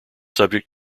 subject